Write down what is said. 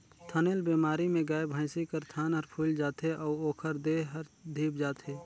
थनैल बेमारी में गाय, भइसी कर थन हर फुइल जाथे अउ ओखर देह हर धिप जाथे